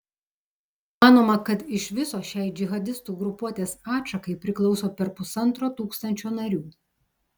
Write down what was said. manoma kad iš viso šiai džihadistų grupuotės atšakai priklauso per pusantro tūkstančio narių